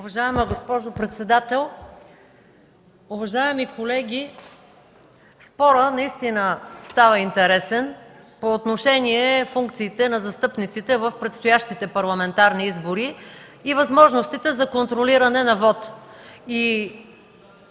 Уважаема госпожо председател, уважаеми колеги! Спорът наистина стана интересен по отношение на функциите на застъпниците в предстоящите парламентарни избори и възможностите за контролиране на вота.